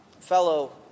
fellow